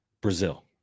Brazil